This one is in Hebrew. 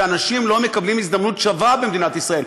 שאנשים לא מקבלים הזדמנות שווה במדינת ישראל.